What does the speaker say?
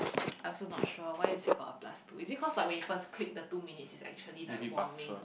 I also not sure why is it got a plus two is it cause like when we first click the two minutes is actually like warming